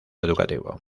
educativo